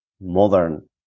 modern